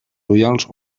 ullals